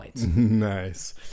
Nice